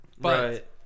Right